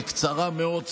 בקצרה מאוד,